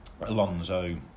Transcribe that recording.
Alonso